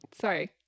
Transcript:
sorry